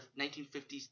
1950s